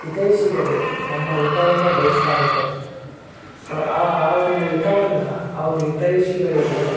ಹಿತೈಷಿಗಳು ನಮ್ಮ ಹಿತವನ್ನೆ ಬಯಸ್ತಾ ಇರ್ತಾರೆ ಸೊ ಆ ಆ ಒಂದು ಹಿತವನ್ನ ಆ ಒಂದು ಹಿತೈಷಿಗಳಿಗೆ